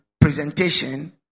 presentation